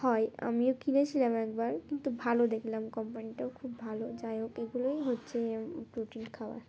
হয় আমিও কিনেছিলাম একবার কিন্তু ভালো দেখলাম কোম্পানিটাও খুব ভালো যাই হোক এগুলোই হচ্ছে প্রোটিন খাওয়ার